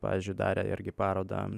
pavyzdžiui darė irgi parodą